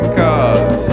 cause